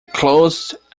closed